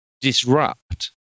disrupt